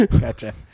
gotcha